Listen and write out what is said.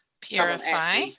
purify